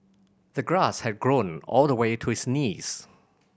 the grass had grown all the way to his knees